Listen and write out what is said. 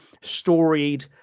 storied